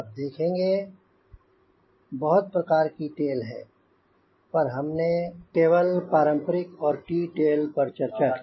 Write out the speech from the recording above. आप देखेंगे बहुत प्रकार की टेल है पर हमने केवल पारंपरिक और टी टेल पर चर्चा की